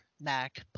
Mac